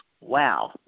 Wow